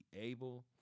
able